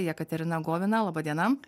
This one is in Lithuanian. jekaterina govina laba diena